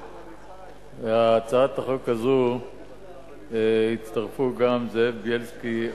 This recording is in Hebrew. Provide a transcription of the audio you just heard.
החוק הזאת הצטרפו גם זאב בילסקי,